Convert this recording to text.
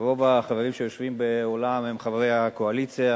רוב החברים שיושבים באולם הם חברי הקואליציה,